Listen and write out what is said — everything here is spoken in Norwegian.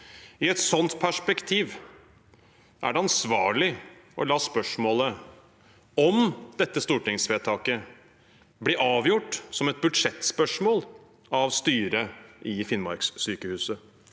I et sånt perspektiv: Er det ansvarlig å la spørsmålet om dette stortingsvedtaket bli avgjort som et budsjettspørsmål av styret i Finnmarkssykehuset?